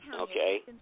okay